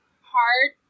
hard